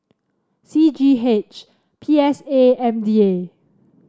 C G H P S A and M D A